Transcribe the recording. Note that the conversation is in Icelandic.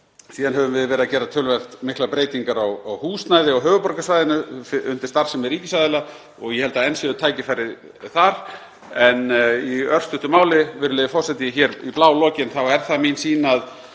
Síðan höfum við verið að gera töluvert miklar breytingar á húsnæði á höfuðborgarsvæðinu undir starfsemi ríkisaðila og ég held að enn séu tækifæri þar. Í örstuttu máli, virðulegi forseti, hér í blálokin, þá er það mín sýn að